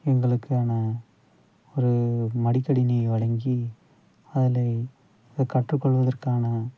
எங்களுக்கான ஒரு மடிக்கணினி வழங்கி அதில் அதைக் கற்றுக்கொள்வதற்கான